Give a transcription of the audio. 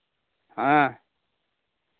ᱦᱮᱸ